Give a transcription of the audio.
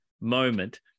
moment